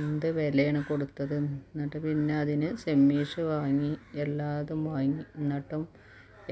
എന്ത് വിലയണ് കൊടുത്തത് എന്നിട്ട് പിന്നെ അതിന് ഷെമ്മീസ്സ് വാങ്ങി എല്ലാതും വാങ്ങി എന്നിട്ടും